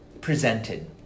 presented